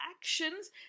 actions